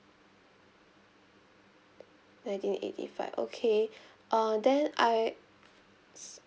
nineteen eighty five okay uh then I